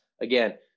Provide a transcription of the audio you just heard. Again